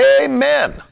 Amen